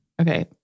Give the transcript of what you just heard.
okay